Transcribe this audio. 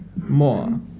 more